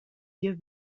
hier